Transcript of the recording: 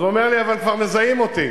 אז הוא אומר לי: אבל כבר מזהים אותי.